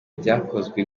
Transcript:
byakozwe